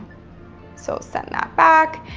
so, send that back.